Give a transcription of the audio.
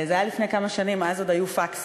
זה היה לפני כמה שנים, אז עוד היו פקסים,